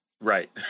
right